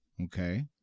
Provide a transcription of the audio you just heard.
okay